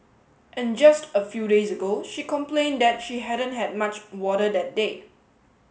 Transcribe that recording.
and just a few days ago she complained that she hadn't had much water that day